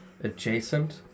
adjacent